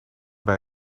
bij